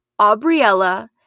Aubriella